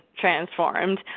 transformed